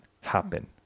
happen